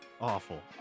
Awful